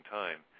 time